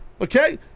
Okay